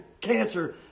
cancer